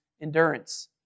endurance